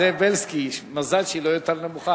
זאב בילסקי, מזל שהיא לא יותר נמוכה.